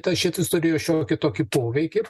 tai šitas turėjo šiokį tokį poveikį